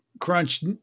Crunch